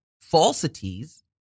falsities